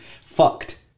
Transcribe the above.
fucked